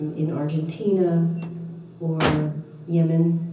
in argentina or yemen.